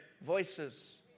voices